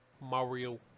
Mario